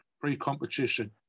pre-competition